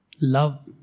love